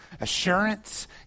assurance